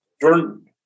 Jordan